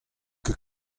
ket